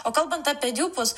o kalbant apie diupus